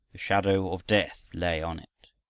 the shadow of death lay on it.